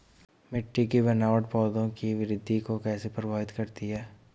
मिट्टी की बनावट पौधों की वृद्धि को कैसे प्रभावित करती है?